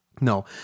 No